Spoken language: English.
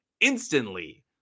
instantly